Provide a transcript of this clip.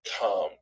come